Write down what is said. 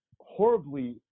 horribly